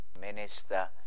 minister